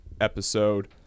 episode